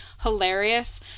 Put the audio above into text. hilarious